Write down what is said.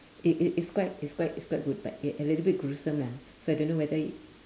it it it's quite it's quite it's quite good but a a little bit gruesome lah so I don't know whether